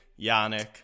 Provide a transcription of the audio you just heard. Yannick